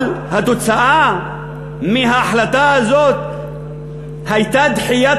אבל התוצאה מההחלטה הזאת הייתה דחיית